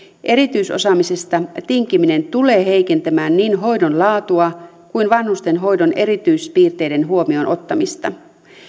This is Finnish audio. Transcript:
erityisosaamisesta tinkiminen tulee heikentämään niin hoidon laatua kuin vanhustenhoidon erityispiirteiden huomioonottamista